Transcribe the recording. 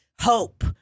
hope